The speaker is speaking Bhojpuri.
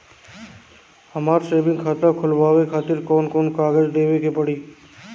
हमार सेविंग खाता खोलवावे खातिर कौन कौन कागज देवे के पड़ी?